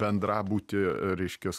bendrabutį reiškias